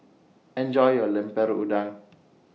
Enjoy your Lemper Udang